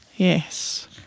Yes